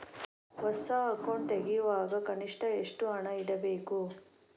ಹೊಸ ಅಕೌಂಟ್ ತೆರೆಯುವಾಗ ಕನಿಷ್ಠ ಎಷ್ಟು ಹಣ ಇಡಬೇಕು?